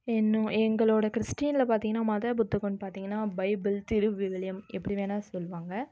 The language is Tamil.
என்னோ எங்களோடய கிறிஸ்டின்ல பார்த்திங்கன்னா மத புத்தகம்னு பார்த்திங்கன்னா பைபிள் திருவிவிலியம் எப்படி வேணா சொல்லுவாங்கள்